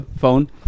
phone